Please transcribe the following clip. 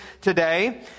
today